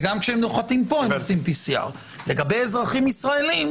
וגם כשהם נוחתים פה הם עושים PCR. לגבי אזרחים ישראלים,